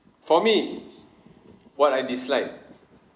for me what I dislike